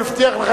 הוא הבטיח לך,